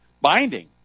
binding